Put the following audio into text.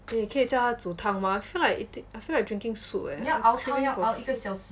你可以叫他煮汤 mah I feel like eating I feel like drinking soup eh I'm craving for soup